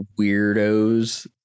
weirdos